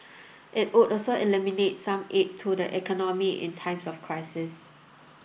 it would also eliminate some aid to the economy in times of crisis